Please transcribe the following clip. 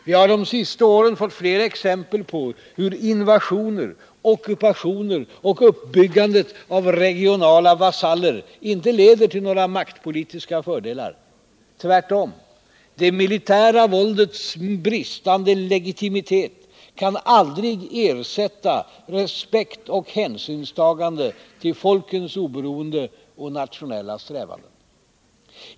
Vi har de senaste åren fått flera exempel på hur invasioner, ockupationer och uppbyggandet av regionala vasaller inte leder till några maktpolitiska fördelar. Tvärtom — det militära våldets bristande legitimitet kan aldrig ersätta respekt och hänsynstagande till folkens oberoende och nationella strävanden.